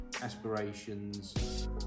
aspirations